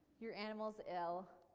your animal is ill.